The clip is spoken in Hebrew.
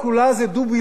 הכול לא טוב,